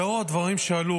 לאור הדברים שעלו,